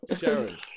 Sharon